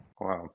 wow